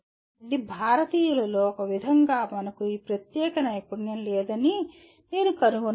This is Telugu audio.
ఇది భారతీయులలో ఒకవిధంగా మనకు ఈ ప్రత్యేక నైపుణ్యం లేదని నేను కనుగొన్నాను